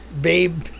Babe